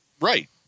Right